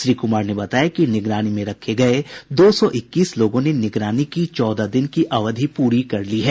श्री कुमार ने बताया कि निगरानी में रखे गये दो सौ इक्कीस लोगों ने निगरानी की चौदह दिन की अवधि पूरी कर ली है